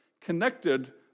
connected